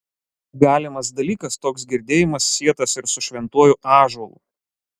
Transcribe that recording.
galimas dalykas toks girdėjimas sietas ir su šventuoju ąžuolu